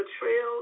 Betrayal